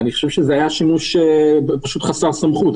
אני חושב שזה היה שימוש חסר סמכות.